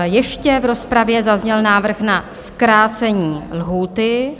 Ještě v rozpravě zazněl návrh na zkrácení lhůty.